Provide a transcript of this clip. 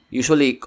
usually